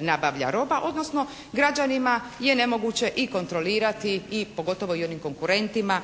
nabavlja roba odnosno građanima je nemoguće i kontrolirati i pogotovo onim konkurentima